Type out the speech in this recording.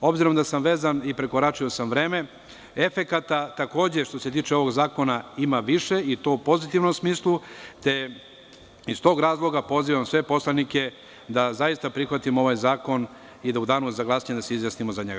Obzirom da sam vezan vremenom, efekata što se tiče ovog zakona ima više i to u pozitivnom smislu, te iz tog razloga pozivam sve poslanike da zaista prihvatimo ovaj zakon i da se u Danu za glasanje izjasnimo za njega.